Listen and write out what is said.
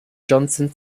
johnson